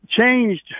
changed